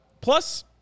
Plus